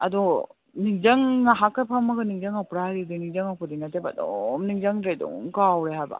ꯑꯗꯣ ꯉꯥꯍꯥꯛꯀ ꯐꯝꯃ ꯅꯤꯡꯁꯤꯡꯉꯛꯄ꯭ꯔ ꯍꯥꯏꯔꯗꯤ ꯅꯤꯡꯁꯤꯡꯉꯛꯄꯗꯤ ꯅꯠꯇꯦꯕ ꯑꯗꯨꯝ ꯅꯤꯡꯁꯤꯡꯗ꯭ꯔꯦ ꯑꯗꯨꯝ ꯀꯥꯎꯔꯦ ꯍꯥꯏꯕ